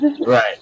Right